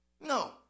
No